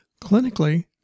Clinically